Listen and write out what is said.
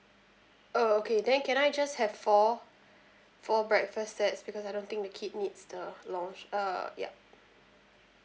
uh okay then can I just have four four breakfast sets because I don't think the kid needs the lounge uh ya